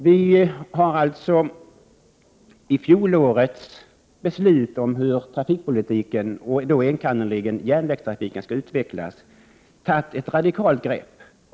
Vi har alltså i fjolårets beslut om hur trafikpolitiken, enkannerligen järnvägstrafiken, skall utvecklas tagit ett radikalt grepp.